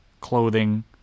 clothing